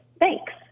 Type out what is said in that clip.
thanks